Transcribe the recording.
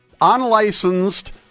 unlicensed